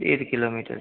দেড় কিলোমিটার